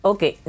Okay